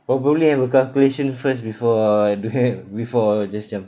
probably have a calculation first before doing it before just jumping